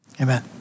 Amen